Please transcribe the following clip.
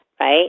right